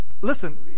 Listen